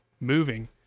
moving